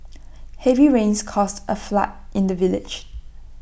instead miss low said they gladly take on each request as A culinary challenge to better their knowledge